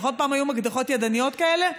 נכון פעם היו מקדחות ידניות כאלה?